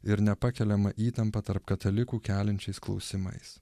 ir nepakeliamą įtampą tarp katalikų keliančiais klausimais